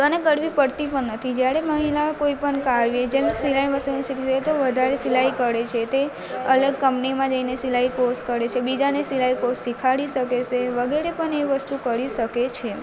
અને કરવી પડતી પણ નથી જ્યારે મહિલાઓ કોઈપણ કાર્ય જેમ સિલાઈ મશીન શીખતી હોય તો વધારે સિલાઈ કરે છે તે અલગ કંપનીમાં જઈને સિલાઈ કોર્ષ કરે છે બીજાને સિલાઈ કોર્ષ શીખવાડી શકે છે વગેરે પણ એ વસ્તુ કરી શકે છે